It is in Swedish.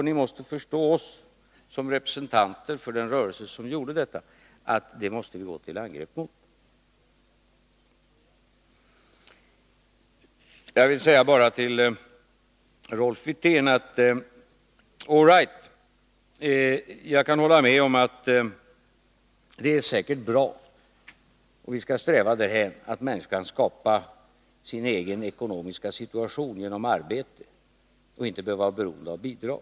Ni måste förstå att vi som representanter för den rörelse som gjorde detta måste gå till angrepp mot dem. Till Rolf Wirtén vill jag bara säga: All right, jag kan hålla med om att det säkert är bra att människor kan skapa sin egen ekonomiska situation genom arbete och inte behöver vara beroende av bidrag.